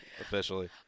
officially